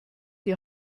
die